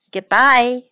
Goodbye